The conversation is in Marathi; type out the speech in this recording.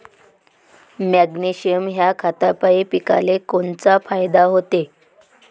मॅग्नेशयम ह्या खतापायी पिकाले कोनचा फायदा होते?